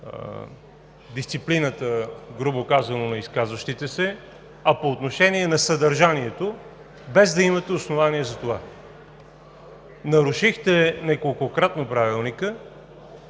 дисциплината, грубо казано, на изказващите се, а по отношение на съдържанието, без да имате основание за това. Нарушихте неколкократно Правилника,